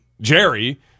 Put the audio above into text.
Jerry